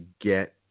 get